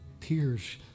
tears